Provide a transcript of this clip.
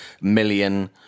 million